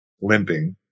Limping